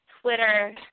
Twitter